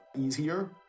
easier